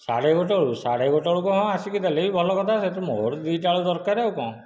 ସାଢ଼େ ଗୋଟେ ବେଳକୁ ସାଢ଼େ ଗୋଟେ ବେଳକୁ ହଁ ଆସିକି ଦେଲେ ବି ଭଲ କଥା ସେଇଠୁ ମୋର ଦୁଇ ଟା ବେଳେ ଦରକାର ଆଉ କଣ